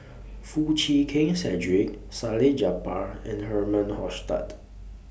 Foo Chee Keng Cedric Salleh Japar and Herman Hochstadt